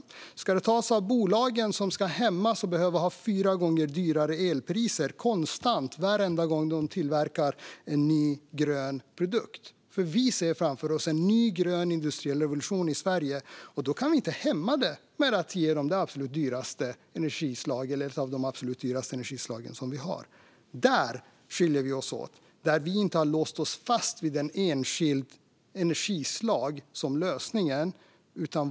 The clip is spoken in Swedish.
Eller ska de tas av bolagen som hämmas genom att konstant behöva betala fyra gånger dyrare elpriser varenda gång de producerar en ny grön produkt? Vi ser framför oss en ny grön industriell revolution i Sverige. Då kan vi inte hämma den genom att ge företagen ett av de absolut dyraste energislag som finns. Där skiljer vi oss åt. Vi har inte låst fast oss vid ett enskilt energislag som lösning.